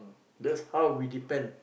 that's how we depend